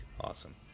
Awesome